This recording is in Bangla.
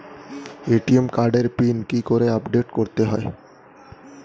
এ.টি.এম কার্ডের পিন কি করে আপডেট করতে হয়?